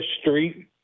street